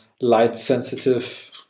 light-sensitive